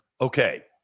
Okay